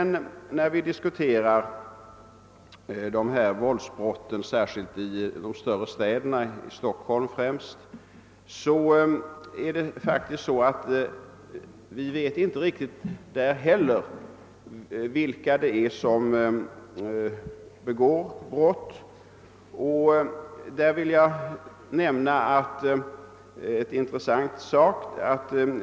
När vi diskuterar våldsbrotten sär skilt i de stora städerna, främst Stockholm, visar det sig att vi inte heller beträffande dessa vet vilka som begår brott. Jag vill här nämna en intressant sak.